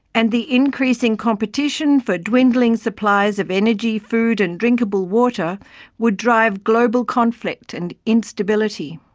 and the increasing competition for dwindling supplies of energy, food and drinkable water would drive global conflict and instability.